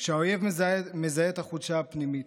כשהאויב מזהה את החולשה הפנימית,